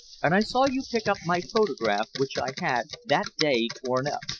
and i saw you pick up my photograph which i had that day torn up.